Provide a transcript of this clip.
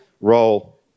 role